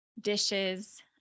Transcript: dishes